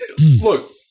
look